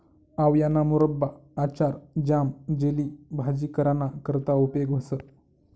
आवयाना मुरब्बा, आचार, ज्याम, जेली, भाजी कराना करता उपेग व्हस